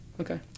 Okay